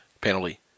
penalty